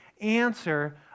answer